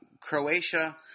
Croatia